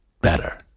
better